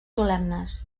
solemnes